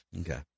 Okay